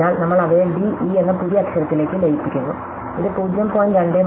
അതിനാൽ നമ്മൾ അവയെ d e എന്ന പുതിയ അക്ഷരത്തിലേക്ക് ലയിപ്പിക്കുന്നു ഇത് 0